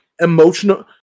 emotional